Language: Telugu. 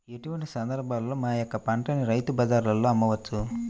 ఎటువంటి సందర్బాలలో మా యొక్క పంటని రైతు బజార్లలో అమ్మవచ్చు?